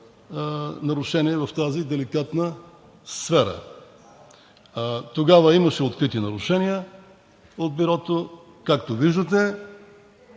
нарушения в тази деликатна сфера. Тогава имаше открити нарушения от Бюрото, но, както виждате,